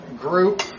group